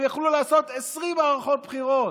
הם יכלו לעשות 20 מערכות בחירות.